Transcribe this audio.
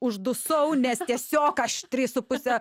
uždusau nes tiesiog aš tris su puse